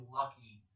lucky